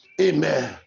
Amen